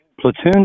Platoon